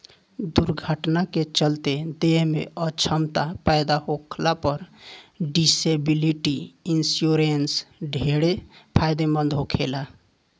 दुर्घटना के चलते देह में अछमता पैदा होखला पर डिसेबिलिटी इंश्योरेंस ढेरे फायदेमंद होखेला